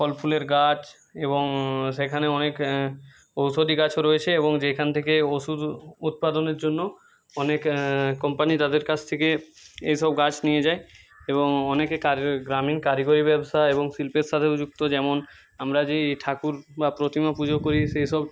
ফল ফুলের গাছ এবং সেখানে অনেক ঔষধি গাছও রয়েছে এবং যেইখান থেকে ওষুধ উৎপাদনের জন্য অনেক কোম্পানি তাদের কাছ থেকে এই সব গাছ নিয়ে যায় এবং অনেকে গ্রামীণ কারিগরি ব্যবসা এবং শিল্পের সাথেও যুক্ত যেমন আমরা যে ঠাকুর বা প্রতিমা পুজো করি সেই সব